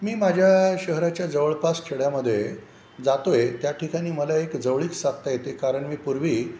मी माझ्या शहराच्या जवळपास खेड्यामध्ये जातो आहे त्या ठिकाणी मला एक जवळीक साधता येते कारण मी पूर्वी